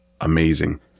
amazing